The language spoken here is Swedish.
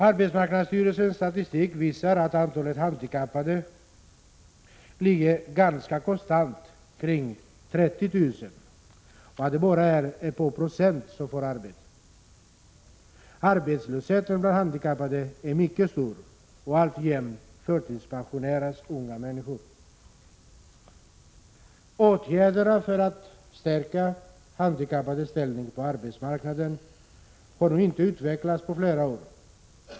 Arbetsmarknadsstyrelsens statistik visar att antalet handikappade sökande ligger ganska konstant kring 30 000 och att det bara är ett par procent som får arbete. Arbetslösheten bland handikappade är mycket stor, och alltjämt förtidspensioneras unga människor. Åtgärderna för att stärka handikappades ställning på arbetsmarknaden har inte utvecklats på flera år.